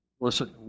Listen